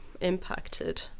impacted